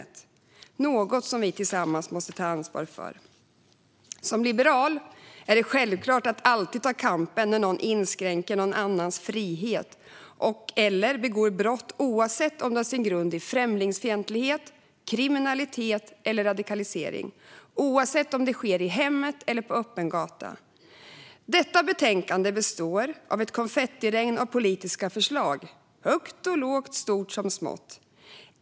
Detta är något som vi tillsammans måste ta ansvar för. Som liberal är det självklart att alltid ta kampen när någon inskränker någon annans frihet eller begår brott, oavsett om detta har sin grund i främlingsfientlighet, kriminalitet eller radikalisering och oavsett om det sker i hemmet eller på öppen gata. Betänkandet består av ett konfettiregn av politiska förslag - högt och lågt, stort som smått.